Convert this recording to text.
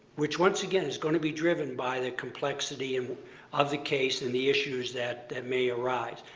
which, once again, is going to be driven by the complexity and of the case and the issues that that may arise.